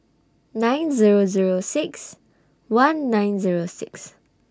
nine Zero Zero six one nine Zero six